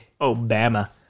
Obama